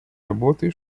работы